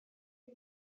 are